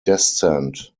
descent